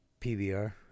PBR